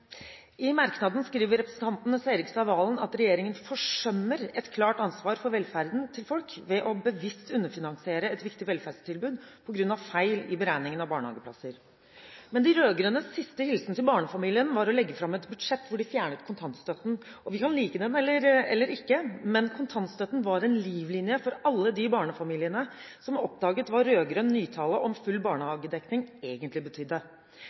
Serigstad Valen at regjeringen «forsømmer et klart ansvar for velferden til folk ved å bevisst underfinansiere et viktig velferdstilbud» på grunn av feil i beregningen av barnehageplasser. Men de rød-grønnes siste hilsen til barnefamiliene var å legge fram et budsjett hvor de fjerner kontantstøtten. Vi kan like det eller ikke, men kontantstøtten var en livlinje for alle de barnefamiliene som oppdaget hva rød-grønn nytale om full barnehagedekning egentlig betydde. De rød-grønne ville kun gi 241 mill. kr av de 1,5 mrd. kr det